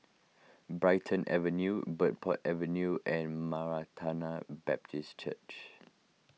Brighton Avenue Bridport Avenue and Baptist Church